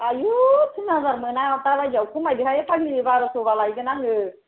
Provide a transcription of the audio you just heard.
आयु थिन हाजार मोना दाबायदियाव खमायदोहाय फाग्लि बार'स'बा लायगोन आङो